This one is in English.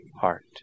heart